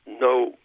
no